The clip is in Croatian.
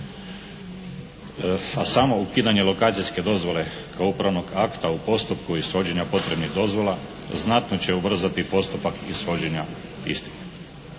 A samo ukidanje lokacijske dozvole kao upravnog akta u postupku ishođenja potrebnih dozvola znatno će ubrzati postupak ishođenja istih.